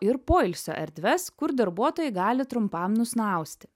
ir poilsio erdves kur darbuotojai gali trumpam nusnausti